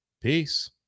Peace